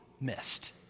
missed